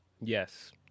Yes